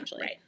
Right